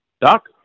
Doc